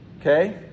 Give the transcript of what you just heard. Okay